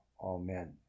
amen